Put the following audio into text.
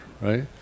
right